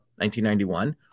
1991